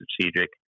strategic